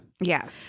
yes